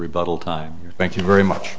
rebuttal time thank you very much